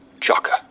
chaka